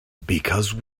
because